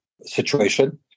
situation